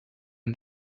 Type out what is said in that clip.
win